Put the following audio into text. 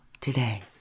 Today